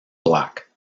black